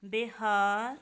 Bihar